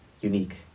unique